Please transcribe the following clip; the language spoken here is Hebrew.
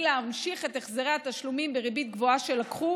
להמשיך את החזרי התשלומים בריבית גבוהה שלקחו